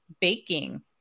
baking